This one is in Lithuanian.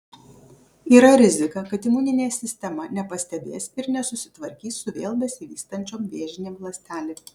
yra rizika kad imuninė sistema nepastebės ir nesusitvarkys su vėl besivystančiom vėžinėm ląstelėm